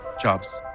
jobs